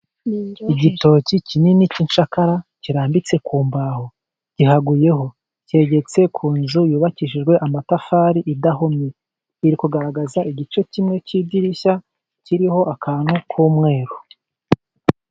Igitoki kinini cy'inshakara kirambitse ku mbaho gihaguyeho, cyegetse ku nzu yubakishijwe amatafari idahomye, iri kugaragaza igice kimwe cy'idirishya kiriho akantu k'umweru.